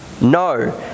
No